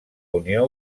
unió